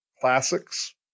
classics